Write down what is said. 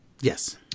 Yes